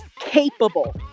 capable